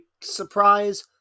surprise